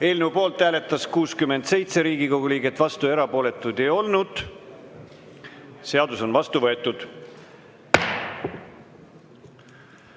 Eelnõu poolt hääletas 67 Riigikogu liiget, vastuolijaid ja erapooletuid ei olnud. Seadus on vastu võetud.